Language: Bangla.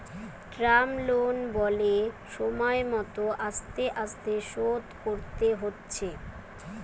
টার্ম লোন বলে সময় মত আস্তে আস্তে শোধ করতে হচ্ছে